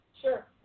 Sure